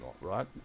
right